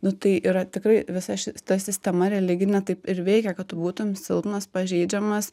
nu tai yra tikrai visa šita sistema religinė taip ir veikia kad tu būtum silpnas pažeidžiamas